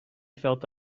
felt